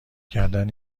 کردن